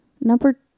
Number